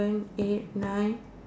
eight nine